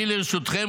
אני לרשותכם,